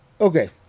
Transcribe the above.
Okay